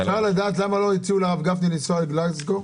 אפשר לדעת למה לא הציעו לרב גפני לנסוע לגלזגו?